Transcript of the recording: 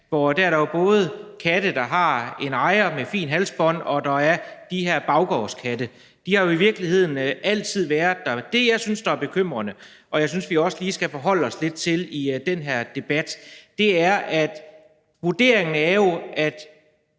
fint halsbånd, der har en ejer, og hvor der er de her baggårdskatte. De har jo i virkeligheden altid været der. Det, jeg synes er bekymrende, og som jeg også synes vi lige skal forholde os lidt til i den her debat, er, at vurderingen jo er, at